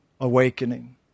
awakening